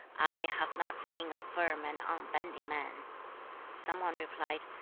i have not seen a firm and unbending man some one replied,